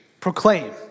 proclaim